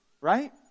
right